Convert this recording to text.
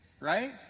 Right